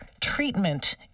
treatment